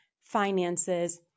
finances